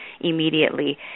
immediately